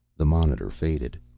the monitor faded.